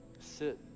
Sit